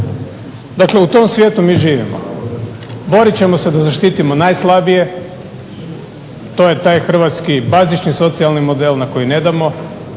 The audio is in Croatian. Dakle, u tom svijetu mi živimo. Borit ćemo se da zaštitimo najslabije. To je taj hrvatski bazični socijalni model koji ne damo,